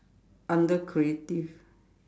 under creative